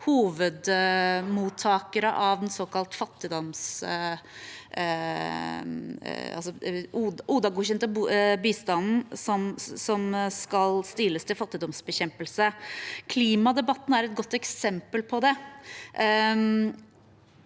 hovedmottakere av den ODA-godkjente bistanden, som skal stiles mot fattigdomsbekjempelse. Klimadebatten er et godt eksempel på det.